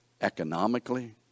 economically